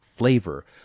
flavor